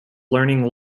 learning